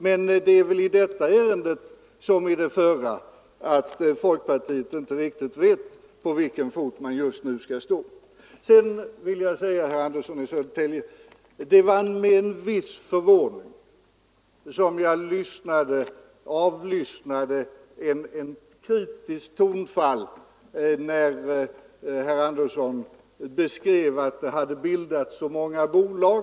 Men det är väl i detta ärende, liksom i det föregående, så att folkpartiet inte riktigt vet på vilken fot man just nu skall stå. Det var med en viss förvåning jag tyckte mig höra ett kritiskt tonfall när herr Andersson i Södertälje framhöll att det hade bildats så många bolag.